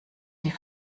die